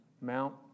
Mount